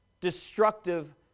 destructive